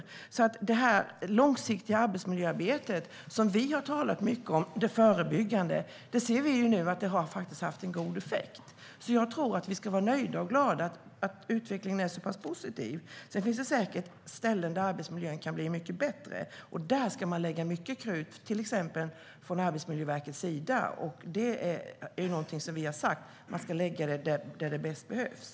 Vi ser alltså nu att det långsiktiga och förebyggande arbetsmiljöarbete vi har talat mycket om faktiskt har haft god effekt. Jag tror alltså att vi ska vara nöjda och glada att utvecklingen är så pass positiv. Sedan finns det säkert ställen där arbetsmiljön kan bli mycket bättre, och där ska man lägga mycket krut till exempel från Arbetsmiljöverkets sida. Det är någonting vi har sagt, alltså att man ska lägga krutet där det bäst behövs.